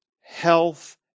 health